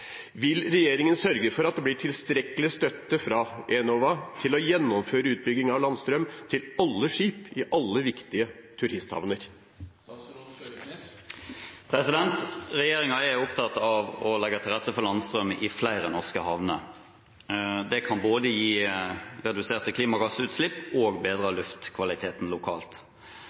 Vil regjeringen sørge for at det blir tilstrekkelig støtte fra Enova til å gjennomføre utbygging av landstrøm til alle skip i alle viktige turisthavner?» Regjeringen er opptatt av å legge til rette for landstrøm i flere norske havner. Det kan både gi reduserte klimagassutslipp og bedre luftkvaliteten lokalt.